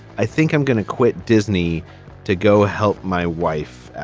i think i'm going to quit disney to go help my wife.